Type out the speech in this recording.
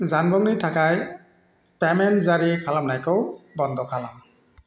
जानबुंनि थाखाय पेमेन्ट जारि खालामनायखौ बन्द' खालाम